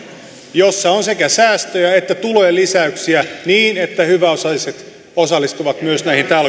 jossa on sekä säästöjä että tulojen lisäyksiä niin että myös hyväosaiset osallistuvat näihin